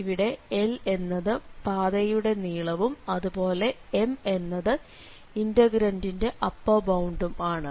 ഇവിടെ L എന്നത് പാതയുടെ നീളവും അതുപോലെ M എന്നത് ഇന്റഗ്രന്റിന്റെ അപ്പർ ബൌണ്ടും ആണ്